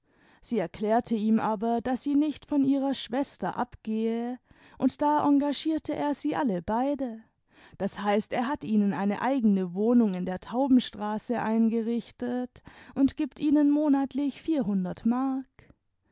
sie erklärte ihm aber daß sie nicht von ihrer schwester abgehe und da engagierte er sie alle beide d h er hat ihnen eine eigene wohnung in der taubenstraße eingerichtet und gibt ihnen monatlich vierhundert mark